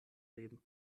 leben